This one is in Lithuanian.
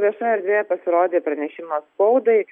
viešoje erdvėje pasirodė pranešimas spaudai